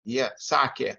jie sakė